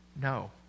No